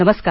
नमस्कार